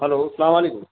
hello سلام علیکم